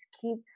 keep